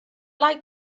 like